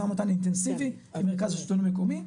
ומתן אינטנסיבי עם מרכז השילטון המקומי,